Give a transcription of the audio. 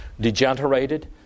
degenerated